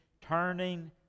turning